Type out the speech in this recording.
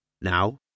Now